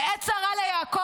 בעת צרה ליעקב,